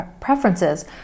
preferences